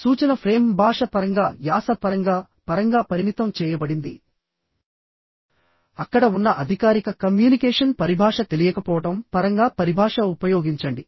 సూచన ఫ్రేమ్ భాష పరంగా యాస పరంగా పరంగా పరిమితం చేయబడింది అక్కడ ఉన్న అధికారిక కమ్యూనికేషన్ పరిభాష తెలియకపోవడం పరంగా పరిభాష ఉపయోగించండి